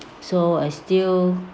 so I still